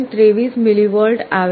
23 millivolt આવે છે